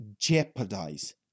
jeopardize